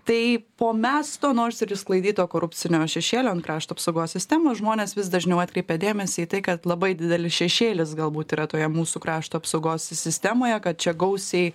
tai po mesto nors ir išsklaidyto korupcinio šešėlio ant krašto apsaugos sistemos žmonės vis dažniau atkreipia dėmesį į tai kad labai didelis šešėlis galbūt yra toje mūsų krašto apsaugos sistemoje kad čia gausiai